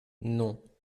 non